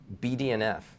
BDNF